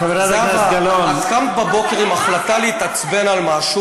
חברת הכנסת זהבה גלאון.